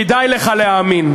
כדאי לך להאמין.